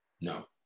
No